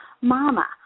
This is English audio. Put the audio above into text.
mama